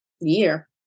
year